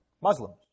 Muslims